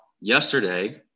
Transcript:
yesterday